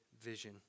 vision